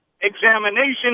examination